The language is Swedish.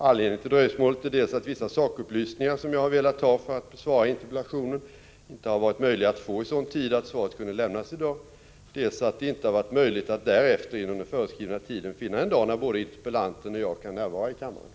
Anledningen till dröjsmålet är dels att vissa sakupplysningar som jag har velat ha för att besvara interpellationen inte har varit möjliga att få i sådan tid att svaret kunde ha lämnats i dag, dels att det därefter inte har varit möjligt att inom den föreskrivna tiden finna en dag då både interpellanten och jag kan närvara i kammaren.